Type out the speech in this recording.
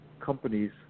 companies